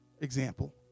example